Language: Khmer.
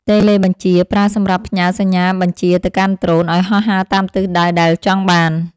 តេឡេបញ្ជា ប្រើសម្រាប់ផ្ញើសញ្ញាបញ្ជាទៅកាន់ដ្រូនឱ្យហោះហើរតាមទិសដៅដែលចង់បាន។